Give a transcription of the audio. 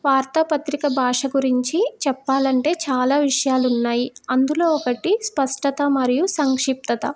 వార్తాపత్రిక భాష గురించి చెప్పాలి అంటే చాలా విషయాలు ఉన్నాయి అందులో ఒకటి స్పష్టత మరియు సంక్షిప్తత